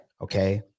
Okay